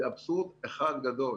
זה אבסורד אחד גדול.